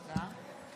תודה.